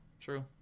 True